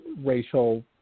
racial